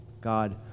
God